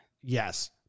Yes